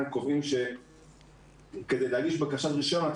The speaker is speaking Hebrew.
קובעים שכדי להגיש בקשת רישיון אתה